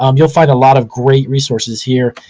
um you'll find a lot of great resources here.